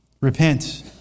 repent